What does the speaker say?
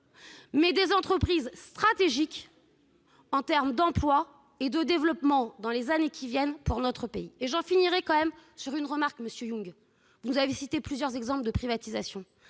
mais des entreprises stratégiques en termes d'emplois et de développement, dans les années qui viennent, pour notre pays. Je finirai sur une remarque, monsieur Yung. Vous avez cité plusieurs exemples de privatisation